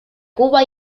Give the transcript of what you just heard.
cuba